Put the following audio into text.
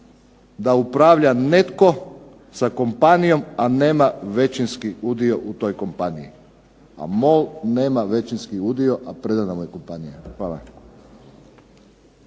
da upravlja netko sa kompanijom, a nema većinski udio u toj kompaniji, a MOL nema većinski udio a predana mu je kompanija. Hvala.